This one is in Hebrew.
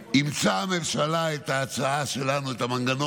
אימצה הממשלה את ההצעה שלנו, את המנגנון